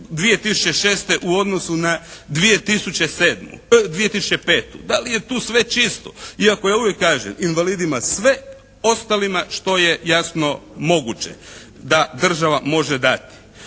2006. u odnosu na 2007., 2005.? Da li je tu sve čisto? Iako ja uvijek kažem, invalidima sve, ostalima što je jasno moguće da država može dati.